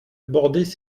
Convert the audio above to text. bordaient